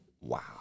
Wow